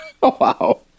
wow